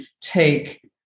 take